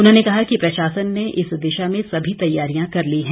उन्होंने कहा कि प्रशासन ने इस दिशा में सभी तैयारियां कर ली है